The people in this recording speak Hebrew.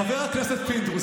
חבר הכנסת פינדרוס,